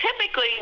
typically